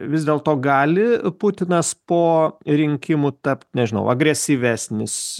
vis dėl to gali putinas po rinkimų tapt nežinau agresyvesnis